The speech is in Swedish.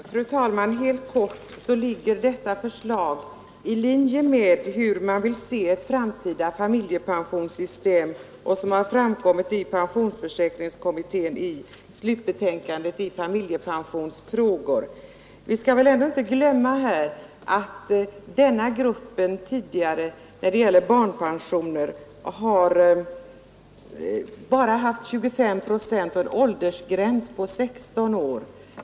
Fru talman! Helt kort vill jag säga att detta förslag ligger i linje med den syn på ett framtida familjepensionssystem som redovisats av pensionsförsäkringskommittén i dess slutbetänkande Familjepensionsfrågor. Vi skall väl ändå inte glömma att denna grupp tidigare när det gäller barnpensioner bara har fått 25 procent av basbeloppet medan åldersgränsen varit 16 år.